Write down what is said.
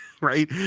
Right